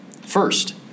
First